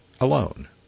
alone